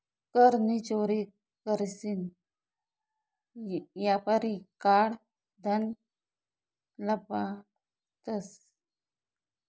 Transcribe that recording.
कर नी चोरी करीसन यापारी काळं धन लपाडतंस